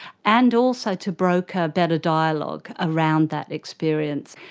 and also to broker better dialogue around that experience.